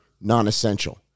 non-essential